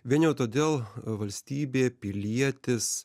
vien jau todėl valstybė pilietis